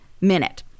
minute